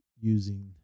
using